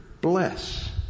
Bless